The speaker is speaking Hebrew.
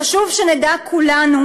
חשוב שנדע כולנו,